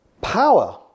Power